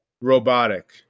robotic